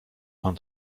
pan